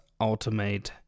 automate